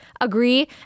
agree